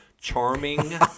charming